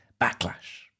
backlash